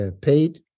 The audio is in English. paid